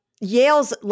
Yale's